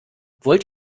wollt